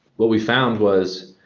what we found was,